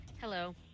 Hello